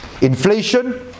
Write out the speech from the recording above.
inflation